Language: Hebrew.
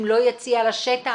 אם לא יציאה לשטח,